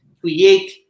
create